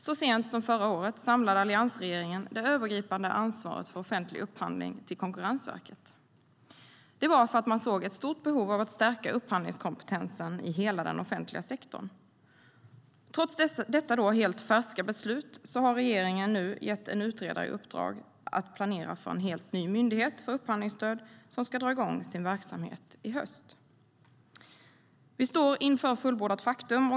Så sent som förra året samlade alliansregeringen det övergripande ansvaret för offentlig upphandling till Konkurrensverket. Det var för att man såg ett stort behov av att stärka upphandlingskompetensen i hela den offentliga sektorn. Trots detta helt färska beslut har regeringen nu gett en utredare i uppdrag att planera för en helt ny myndighet för upphandlingsstöd som ska dra igång sin verksamhet i höst. Vi står inför fullbordat faktum.